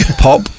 pop